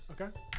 Okay